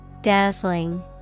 Dazzling